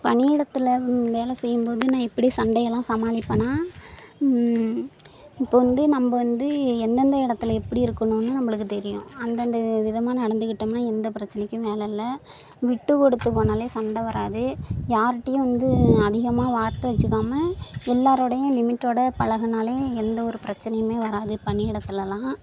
பணியிடத்தில் வேலை செய்யும்போது நான் எப்படி சண்டையெல்லாம் சமாளிப்பேனால் இப்போ வந்து நம்ம வந்து எந்தெந்த இடத்துல எப்படி இருக்கணும்னு நம்மளுக்கு தெரியும் அந்தந்த விதமாக நடந்துக்கிட்டோம்னால் எந்த பிரச்சினைக்கும் வேலை இல்லை விட்டுக்கொடுத்து போனாலே சண்டை வராது யாருகிட்டையும் வந்து அதிகமாக வார்த்தை வச்சுக்காமல் எல்லாேரோடையும் லிமிட்டோடு பழகுனாலே எந்தவொரு பிரச்சினையுமே வராது பணியிடத்துலெலாம்